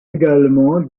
également